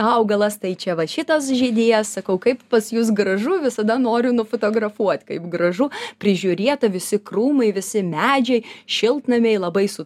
augalas tai čia va šitas žydies sakau kaip pas jus gražu visada noriu nufotografuot kaip gražu prižiūrieta visi krūmai visi medžiai šiltnamiai labai su